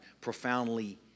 profoundly